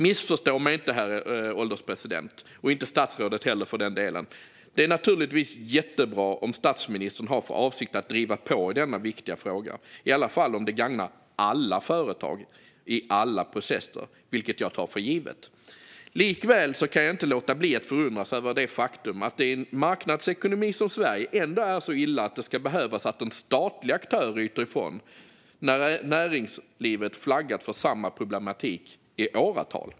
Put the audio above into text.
Missförstå mig inte, herr ålderspresident, och inte statsrådet heller för den delen: Det är naturligtvis jättebra om statsministern har för avsikt att driva på i denna viktiga fråga, i alla fall om det gagnar alla företag, i alla processer, vilket jag tar för givet. Likväl kan jag inte låta bli att förundras över det faktum att det i en marknadsekonomi som Sverige ändå är så illa att det ska behövas att en statlig aktör ryter ifrån, när näringslivet har flaggat för samma problematik i åratal.